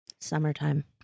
Summertime